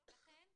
לכן,